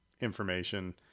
information